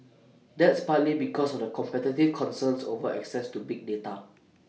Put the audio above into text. that's partly because of the competitive concerns over access to big data